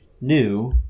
new